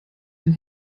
den